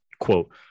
quote